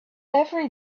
every